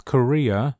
Korea